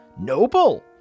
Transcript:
Noble